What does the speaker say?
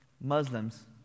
Muslims